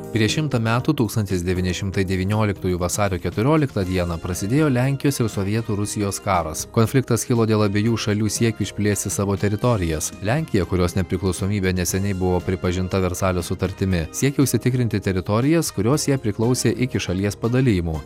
prieš šimtą metų tūkstantis devyni šimtai devynioliktųjų vasario keturioliktą dieną prasidėjo lenkijos ir sovietų rusijos karas konfliktas kilo dėl abiejų šalių siekių išplėsti savo teritorijas lenkija kurios nepriklausomybė neseniai buvo pripažinta versalio sutartimi siekė užsitikrinti teritorijas kurios jai priklausė iki šalies padalijimų